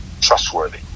trustworthy